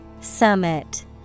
Summit